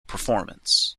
performance